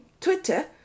Twitter